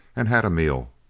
and had a meal.